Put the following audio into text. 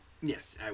Yes